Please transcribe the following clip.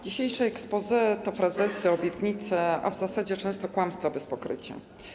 Dzisiejsze exposé to frazesy, obietnice, a w zasadzie często kłamstwa bez pokrycia.